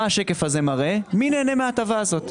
שמראה מי נהנה מההטבה הזו;